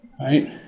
right